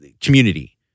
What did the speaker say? community